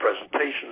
presentation